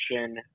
action